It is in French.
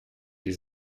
les